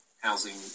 housing